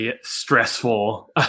stressful